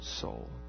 soul